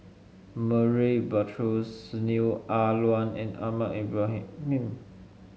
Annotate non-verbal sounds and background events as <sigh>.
Murray Buttrose Neo Ah Luan and Ahmad Ibrahim <unintelligible>